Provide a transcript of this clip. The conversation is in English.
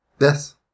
Yes